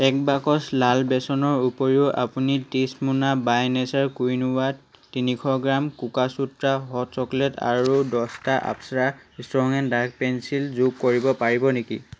এক বাকচ লাল বেচনৰ উপৰিও আপুনি ত্ৰিছ মোনা বাই নেচাৰ কুইনোৱা তিনিশ গ্ৰাম কোকাসুত্ৰা হট চকলেট আৰু দছটা Apsara strong and dark pencil যোগ কৰিব পাৰিব নেকি